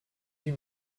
huit